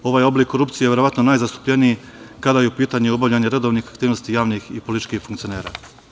Ovaj oblik korupcije je verovatno najzastupljeniji kada je u pitanju obavljanje redovnih aktivnosti i političkih funkcionera.